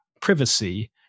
privacy